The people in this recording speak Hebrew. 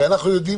הרי כולנו יודעים